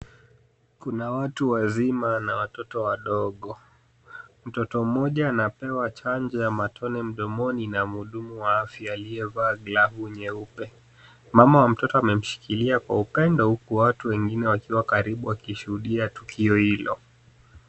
Kuna watu wazima na watoto wadogo. Mtoto mmoja anapewa chanjo ya matone mdomoni na muhudumu wa afya aliyevaa glavu nyeupe. Mama wa mtoto amemshikilia kwa upendo huku watu wengine wakiwa karibu kushuhudia tukio hilo.